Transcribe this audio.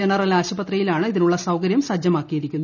general ആശുപത്രിയിലാണ് ഇതിനുള്ള സൌകര്യം സജ്ജമാക്കിയിരിക്കുന്നത്